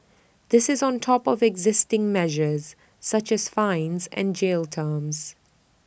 this is on top of existing measures such as fines and jail terms